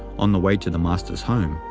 on the way to the master's home,